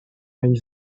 une